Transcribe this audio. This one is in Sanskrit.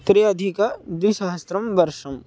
त्रि अधिकं द्विसहस्रं वर्षम्